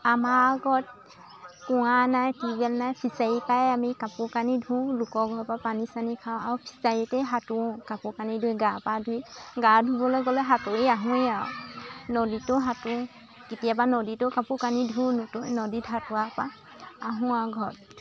আমাৰ ঘৰত কুঁৱা নাই টিউব ৱেল নাই ফিছাৰী পাই আমি কাপোৰ কানি ধোঁ লোকৰ ঘৰ পৰা পানী চানী খাওঁ আৰু ফিছাৰীতেই সাঁতুৰো কাপোৰ কানি ধুই গা পা ধুই গা ধুবলৈ গ'লে সাঁতুৰী আহোঁৱেই আৰু নদীতো সাঁতুৰো কেতিয়াবা নদীতো কাপোৰ কানি ধোঁ নতু নদীত সাঁতুৰা পা আহোঁ আৰু ঘৰত